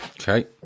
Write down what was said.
Okay